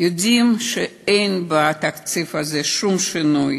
יודעים שאין בתקציב הזה שום שינוי.